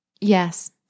Yes